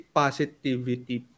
positivity